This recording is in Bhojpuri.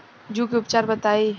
जूं के उपचार बताई?